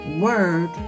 word